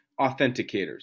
authenticators